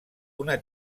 una